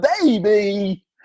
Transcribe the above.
baby